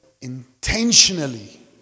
intentionally